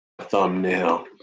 thumbnail